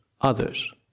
others